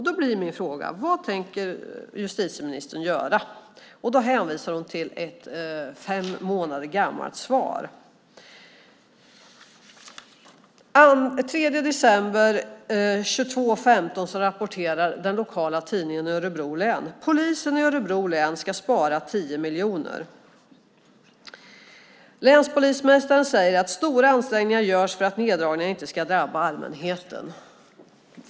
Då blir min fråga: Vad tänker justitieministern göra? Och då hänvisar hon till ett fem månader gammalt svar. Den 3 december kl. 22.15 rapporterar den lokala tidningen i Örebro län att polisen i Örebro län ska spara 10 miljoner. Länspolismästaren säger att stora ansträngningar görs för att neddragningarna inte ska drabba allmänheten.